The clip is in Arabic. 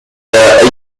إلى